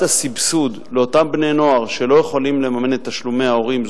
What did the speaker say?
הסבסוד לאותם בני-נוער שלא יכולים לממן את תשלומי ההורים,